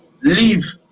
Leave